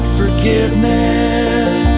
forgiveness